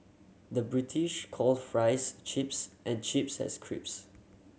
the British calls fries chips and chips has crisps